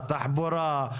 התחבורה,